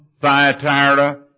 Thyatira